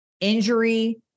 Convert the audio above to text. injury